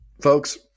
folks